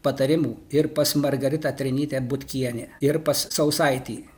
patarimų ir pas margaritą trenytę butkienę ir pas sausaitį